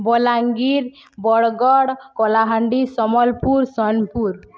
Balangir Bargarh Kalahandi Sambalpur Sonepur